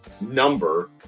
number